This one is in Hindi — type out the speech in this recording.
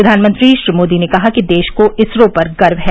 प्रधानमंत्री श्री मोदी ने कहा कि देश को इसरो पर गर्व है